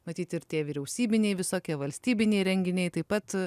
matyt ir tie vyriausybiniai visokie valstybiniai renginiai taip pat